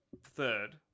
third